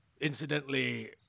Incidentally